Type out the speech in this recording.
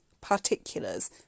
particulars